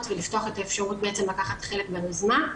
ולפתוח בעצם את האפשרות לקחת חלק ביוזמה.